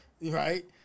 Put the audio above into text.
right